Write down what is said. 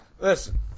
Listen